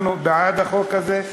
אנחנו בעד החוק הזה,